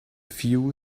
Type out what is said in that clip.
few